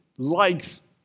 likes